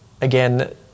again